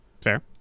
Fair